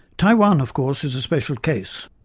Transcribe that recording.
taiwan, of course, is a special case.